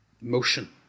motion